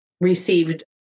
received